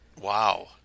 Wow